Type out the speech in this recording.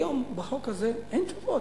היום, בחוק הזה אין תשובות.